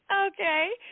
Okay